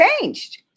changed